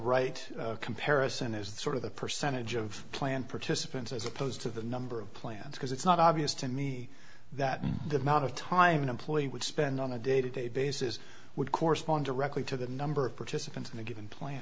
right comparison is the sort of the percentage of planned participants as opposed to the number of plans because it's not obvious to me that the amount of time an employee would spend on a day to day basis would correspond directly to the number of participants in a given plan